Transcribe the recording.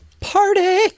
party